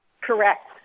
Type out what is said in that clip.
Correct